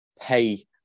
pay